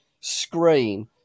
screen